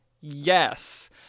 Yes